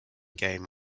game